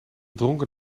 dronken